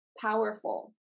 powerful